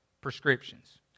prescriptions